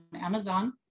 amazon